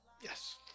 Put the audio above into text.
Yes